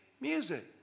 music